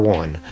one